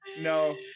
no